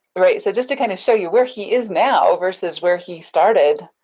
right so just to kind of show you where he is now, versus where he started,